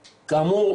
כאמור,